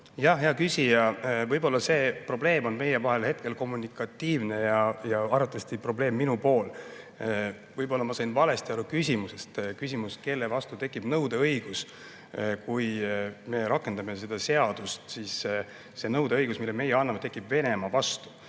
Jah! Hea küsija! Võib-olla see probleem on meie vahel hetkel kommunikatiivne ja arvatavasti on probleem minus. Võib-olla ma sain küsimusest valesti aru. Küsimus oli, kelle vastu tekib nõudeõigus, kui me rakendame seda seadust. Nõudeõigus, mille meie anname, tekib Venemaa vastu.